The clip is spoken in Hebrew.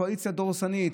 קואליציה דורסנית.